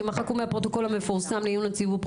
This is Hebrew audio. ימחקו מהפרוטוקול המפורסם לעיון הציבור,